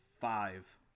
five